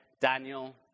Daniel